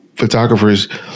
photographers